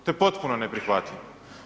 To je potpuno neprihvatljivo.